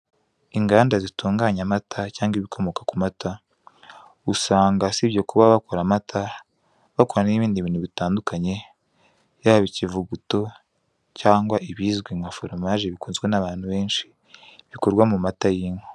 Inganda zitunganye amata cyangwa ibikomoka ku mata usanga usibye kuba bakora amata bakora n'ibindi bintu bitandukanye yaba ikivuguto cyangwa ibizwi nka foromaje bikunzwe n'abantu benshi bikorwa mu mata y'inka.